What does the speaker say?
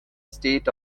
state